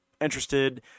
interested